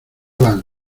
van